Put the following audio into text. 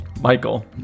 Michael